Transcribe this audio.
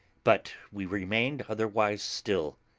but we remained otherwise still.